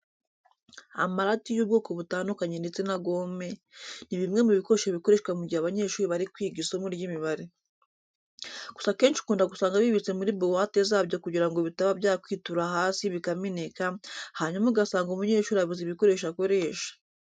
Amarati y'ubwoko butandukanye ndetse na gome, ni bimwe mu bikoresho bikoreshwa mu gihe abanyeshuri bari kwiga isomo ry'imibare. Gusa akenshi ukunda gusanga bibitse muri buwate zabyo kugira ngo bitaba byakwitura hasi bikameneka, hanyuma ugasanga umunyeshuri abuze ibikoresho akoresha.